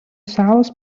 salos